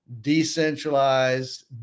decentralized